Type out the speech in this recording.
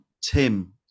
Tim